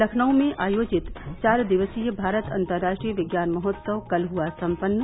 लखनऊ में आयोजित चार दिवसीय भारत अतंराष्ट्रीय विज्ञान महोत्सव कल हुआ सम्पन्न